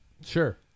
Sure